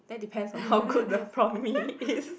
that depends on how good the prawn mee is